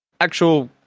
actual